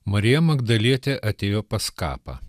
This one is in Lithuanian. marija magdalietė atėjo pas kapą